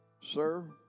Sir